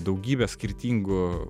daugybės skirtingų